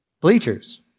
Bleachers